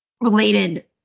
Related